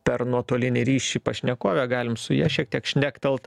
per nuotolinį ryšį pašnekovė galim su ja šiek tiek šnektelt